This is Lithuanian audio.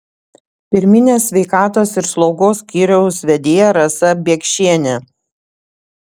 pirminės sveikatos ir slaugos skyriaus vedėja rasa biekšienė